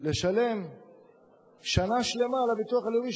לשלם שנה שלמה לביטוח הלאומי.